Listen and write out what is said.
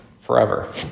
forever